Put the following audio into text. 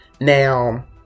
Now